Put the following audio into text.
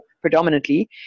predominantly